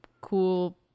cool